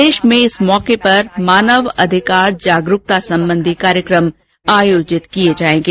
प्रदेश में इस मौके पर मानव अधिकार जागरुकता संबंधी कार्यक्रम आयोजित किए जाएंगे